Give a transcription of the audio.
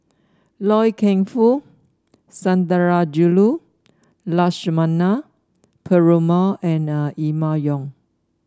Loy Keng Foo Sundarajulu Lakshmana Perumal and Emma Yong